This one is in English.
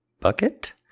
bucket